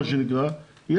מה שנקרא,